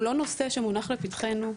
הוא לא נושא שמונח לפתחנו,